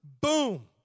Boom